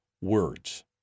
words